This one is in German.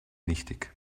nichtig